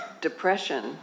depression